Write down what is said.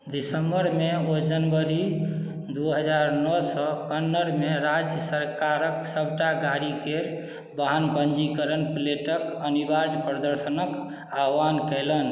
दिसम्बरमे ओ जनवरी दू हजार नओसँ कन्नड़मे राज्य सरकारक सभटा गाड़ीकेर वाहन पञ्जीकरण प्लेटक अनिवार्य प्रदर्शनक आह्वान कयलनि